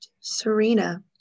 Serena